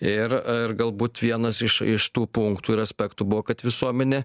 ir ir galbūt vienas iš iš tų punktų ir aspektų buvo kad visuomenė